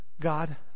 God